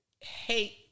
hate